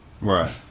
Right